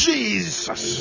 Jesus